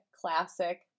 Classic